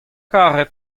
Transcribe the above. karet